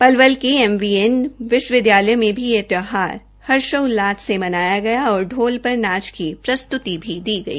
पलवल के M V N विश्वविदयालय में भी यह त्यौहार हर्षोल्लास से मनाया गया और ढोल पर नाच की प्रस्त्ति भी की गई